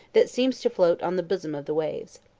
that seems to float on the bosom of the waves.